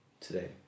today